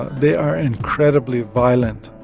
they are incredibly violent.